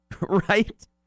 Right